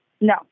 No